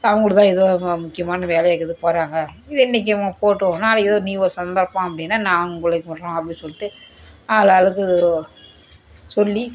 அவர்களுக்கு தான் ஏதோ மா முக்கியமான வேலை இருக்குது போகிறாங்க இன்றைக்கு இவங்க போகட்டும் நாளைக்கு ஏதோ நீ ஒரு சந்தர்ப்பம் அப்படின்னா நான் உங்களையும் விடுகிறேன் அப்படின் சொல்லிட்டு ஆளாளுக்கு ஒரு ஒரு சொல்லி